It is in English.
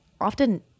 often